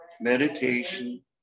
meditation